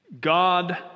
God